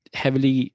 heavily